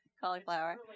cauliflower